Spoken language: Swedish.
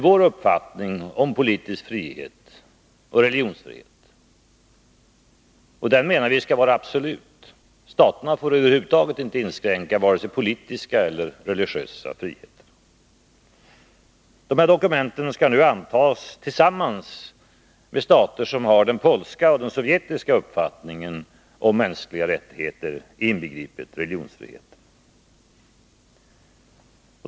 Vår uppfattning om politisk frihet och religionsfrihet är att dessa friheter skall vara absoluta — staterna får över huvud taget inte inskränka vare sig politiska eller religiösa friheter. Dessa dokument skall man nu anta inom FN tillsammans med stater som har den polska och sovjetiska uppfattningen om mänskliga rättigheter, inbegripet religionsfrihet.